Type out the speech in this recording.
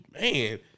man